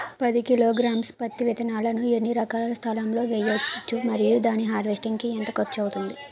పది కిలోగ్రామ్స్ పత్తి విత్తనాలను ఎన్ని ఎకరాల స్థలం లొ వేయవచ్చు? మరియు దాని హార్వెస్ట్ కి ఎంత ఖర్చు అవుతుంది?